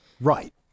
Right